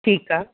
ठीकु आहे